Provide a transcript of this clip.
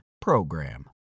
PROGRAM